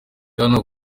hano